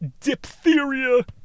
diphtheria